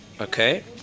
Okay